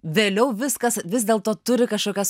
vėliau viskas vis dėl to turi kažkokias